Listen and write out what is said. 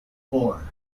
four